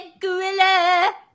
gorilla